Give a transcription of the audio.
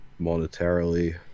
monetarily